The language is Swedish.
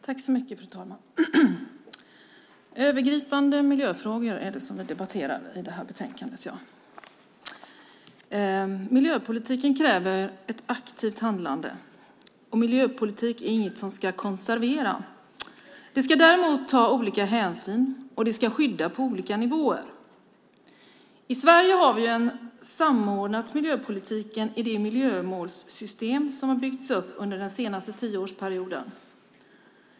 Fru talman! Övergripande miljöfrågor är det som behandlas i det här betänkandet. Miljöpolitiken kräver ett aktivt handlande. Miljöpolitik är inget som ska konservera. Man ska däremot ta olika hänsyn, och man ska skydda på olika nivåer. I Sverige har vi samordnat miljöpolitiken i det miljömålssystem som har byggts upp under den senaste tioårsperioden.